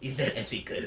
is that ethical